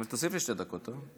אבל תוסיף לי שתי דקות, טוב?